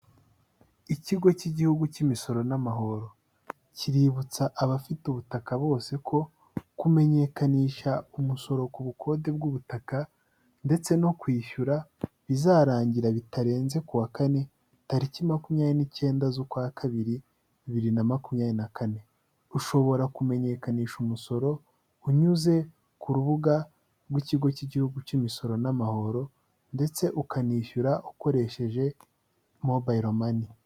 Ikigo cy'igihugu cy'imisoro n'amahoro, kiributsa abafite ubutaka bose ko kumenyekanisha umusoro ku bukode bw'ubutaka ndetse no kwishyura, bizarangira bitarenze kuwa kane, tariki makumyabiri n'icyenda z'ukwa kabiri, bibiri na makumyabiri na kane, ushobora kumenyekanisha umusoro unyuze ku rubuga rw'ikigo cy'igihugu cy'imisoro n'amahoro ndetse ukanishyura ukoresheje mobile money.